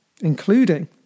including